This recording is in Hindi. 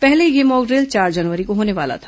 पहले यह मॉकड्रिल चार जनवरी को होने वाला था